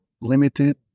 limited